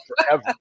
forever